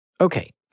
Okay